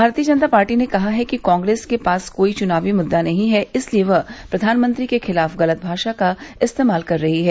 भारतीय जनता पार्टी ने कहा है कि कांग्रेस के पास कोई च्नावी मुद्दा नहीं है इसीलिए वह प्रधानमंत्री के खिलाफ गलत भाषा का इस्तेमाल कर रही है